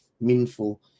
meaningful